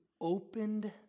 opened